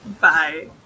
Bye